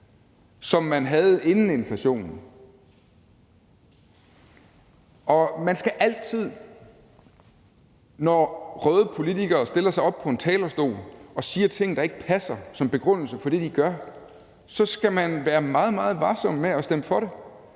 som man havde inden inflationen. Man skal altid, når røde politikere stiller sig op på en talerstol og siger ting, der ikke passer som begrundelse for det, de gør, være meget, meget varsom med at stemme for det,